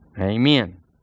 Amen